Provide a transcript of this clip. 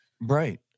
Right